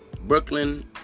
Brooklyn